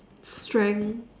strength